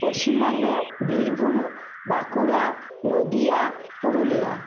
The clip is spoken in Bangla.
পশ্চিমবঙ্গ বীরভূম বাঁকুড়া নদীয়া পুরুলিয়া